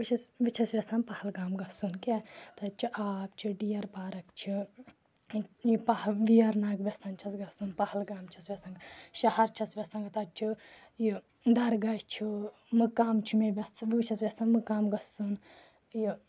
بہٕ چھَس بہٕ چھس یژھان پہلگام گَژھُن کیٛاہ تَتہِ چھِ آب چھِ ڈِیَر پارک چھِ یہِ پہ ویرناگ ویٚژھان چھَس گژھُن پہلگام چھَس یژھان شَہَر چھَس یژھان تَتہِ چھُ یہِ درگاہ چھُ مقام چھُ مےٚ ویٚژھٕ بہٕ چھس یژھان مقام گژھُن یہِ